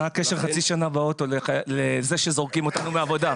מה הקשר חצי שנה באוטו לזה שזורקים אותנו בעבודה?